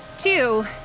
two